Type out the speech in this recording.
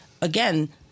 again